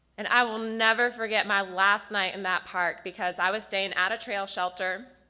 and i will never forget my last night in that park because i was staying at a trail shelter.